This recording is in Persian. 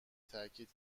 تاکید